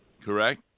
correct